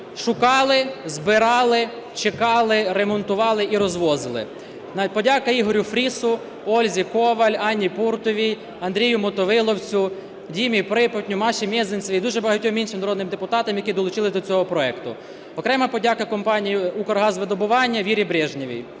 шукали, збирали, чекали, ремонтували і розвозили. Подяка Ігорю Фрісу, Ользі Коваль, Анні Пуртовій, Андрію Мотовиловцю, Дімі Припутню, Маші Мезенцевій і дуже багатьом іншим народним депутатам, які долучилися до цього проекту. Окрема подяка компанії "Укргазвидобування" і Вірі Брежнєвій.